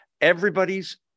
Everybody's